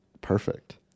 perfect